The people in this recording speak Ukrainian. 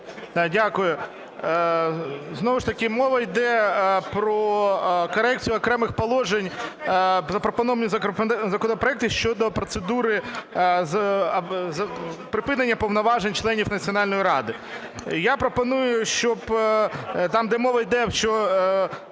Дякую. Знову ж таки мова йде про корекцію окремих положень в запропонованому законопроекті щодо процедури припинення повноважень членів Національної ради. Я пропоную, щоб там, де мова йде, що